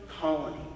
colony